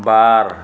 बार